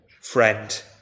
Friend